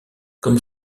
comme